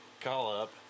call-up